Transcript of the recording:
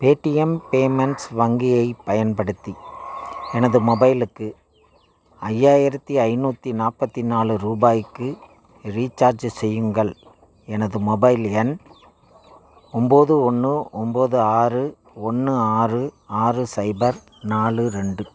Paytm payments வங்கியை பயன்படுத்தி எனது மொபைலுக்கு ஐயாயிரத்தி ஐந்நூற்றி நாற்பத்தி நாலு ரூபாய்க்கு ரீசார்ஜு செய்யுங்கள் எனது மொபைல் எண் ஒன்போது ஒன்று ஒன்போது ஆறு ஒன்று ஆறு ஆறு சைபர் நாலு ரெண்டு